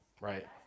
Right